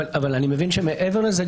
אני מבין שמעבר לזה,